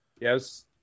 Yes